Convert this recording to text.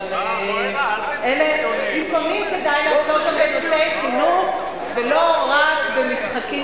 אבל לפעמים כדאי לעסוק גם בנושאי חינוך ולא רק במשחקים